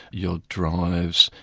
your drives,